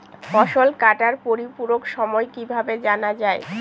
ফসল কাটার পরিপূরক সময় কিভাবে জানা যায়?